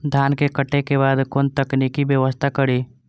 धान के काटे के बाद कोन तकनीकी व्यवस्था करी?